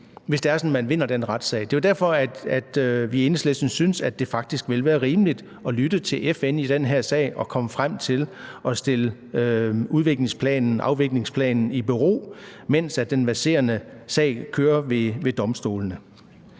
hvis det er sådan, at beboerne vinder den retssag. Det er jo derfor, at vi i Enhedslisten synes, at det faktisk ville være rimeligt at lytte til FN i den her sag og komme frem til at stille afviklingsplanen i bero, mens den verserende sag kører ved domstolene.